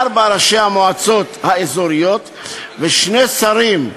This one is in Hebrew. ארבעה ראשי מועצות אזוריות ושני שרים,